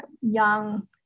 young